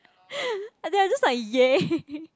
I think I just like !yay!